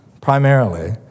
primarily